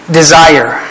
desire